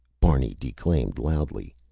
barney declaimed loudly,